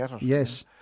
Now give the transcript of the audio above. Yes